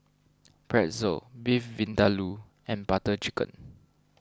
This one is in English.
Pretzel Beef Vindaloo and Butter Chicken